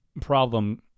problem